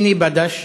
פיני בדש,